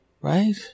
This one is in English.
right